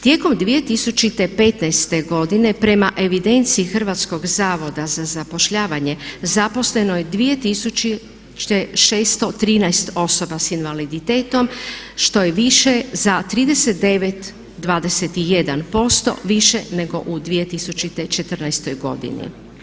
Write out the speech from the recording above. Tijekom 2015. godine prema evidenciji Hrvatskog zavoda za zapošljavanje zaposleno je 2613 osoba s invaliditetom što je više za 39,21% nego u 2014. godini.